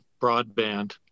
broadband